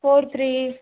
fourth ರೀ